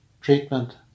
treatment